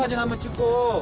but and um to go